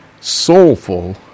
soulful